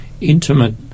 intimate